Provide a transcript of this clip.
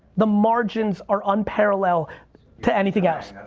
the margins are on parallel to anything else.